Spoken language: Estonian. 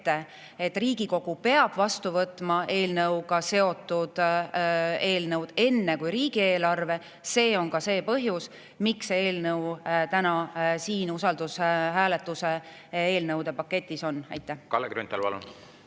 et Riigikogu peab vastu võtma [riigieelarvega] seotud eelnõud enne kui riigieelarve. See on see põhjus, miks see eelnõu täna siin usaldushääletuse eelnõude paketis on. Kalle Grünthal,